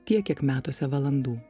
tiek kiek metuose valandų